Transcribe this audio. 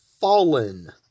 fallen